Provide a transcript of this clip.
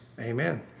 amen